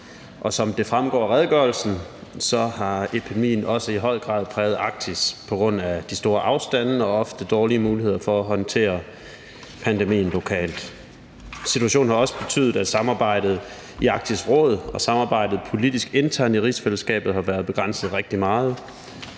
som det fremgår af redegørelsen, har epidemien også i høj grad præget Arktis på grund af de store afstande og de ofte dårligere muligheder for at håndtere pandemien lokalt. Situationen har også betydet, at samarbejdet i Arktisk Råd og det politiske samarbejde internt i rigsfællesskabet har været begrænset rigtig meget.